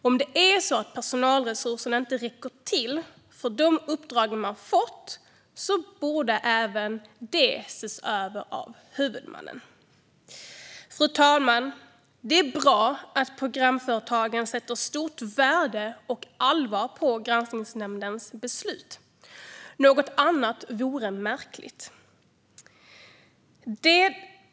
Om personalresurserna inte räcker till för de uppdrag man fått borde även detta ses över av huvudmannen. Fru talman! Det är bra att programföretagen sätter stort värde på granskningsnämndens beslut och tar dem på allvar; något annat vore märkligt.